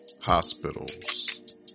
hospitals